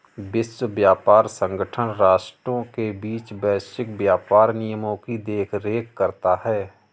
विश्व व्यापार संगठन राष्ट्रों के बीच वैश्विक व्यापार नियमों की देखरेख करता है